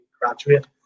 graduate